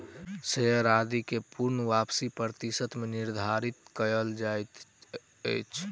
share आदि के पूर्ण वापसी प्रतिशत मे निर्धारित कयल जाइत अछि